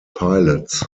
pilots